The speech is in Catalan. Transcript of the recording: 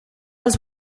els